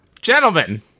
Gentlemen